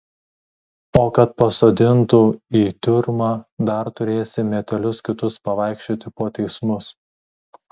o kad pasodintų į tiurmą dar turėsi metelius kitus pavaikščioti po teismus